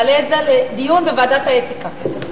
נעלה את זה לדיון בוועדת האתיקה.